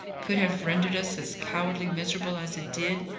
could have rendered us as cowardly miserable as it did?